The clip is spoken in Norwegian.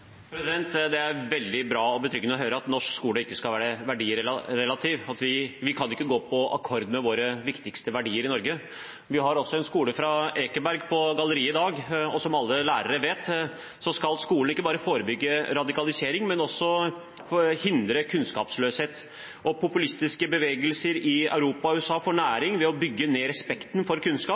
Det er veldig bra og betryggende å høre at norsk skole ikke skal være verdirelativ, vi kan ikke gå på akkord med våre viktigste verdier i Norge. Vi har også en skoleklasse fra Ekeberg på galleriet i dag, og som alle lærere vet, skal skolen ikke bare forebygge radikalisering, men også hindre kunnskapsløshet. Populistiske bevegelser i Europa og USA får næring ved å bygge ned respekten for kunnskap.